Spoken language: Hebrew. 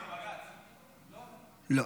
לא.